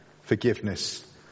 forgiveness